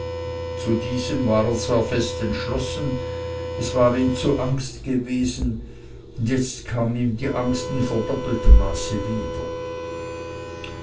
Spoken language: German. zu diesem war er fest entschlossen es war ihm zu angst gewesen und jetzt kam ihm die angst in verdoppeltem maße wieder